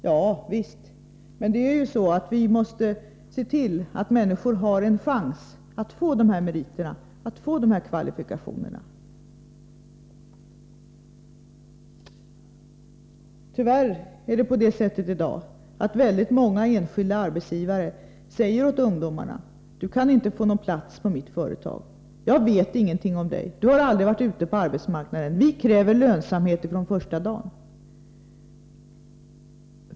Ja visst, men vi måste se till att människor har en chans att få de här meriterna och kvalifikationerna. Tyvärr säger väldigt många enskilda arbetsgivare åt ungdomarna, att dessa inte kan få plats i företaget — jag vet ingenting om dig, du har aldrig varit ute på arbetsmarknaden. Vi kräver lönsamhet från första dagen, säger dessa arbetsgivare.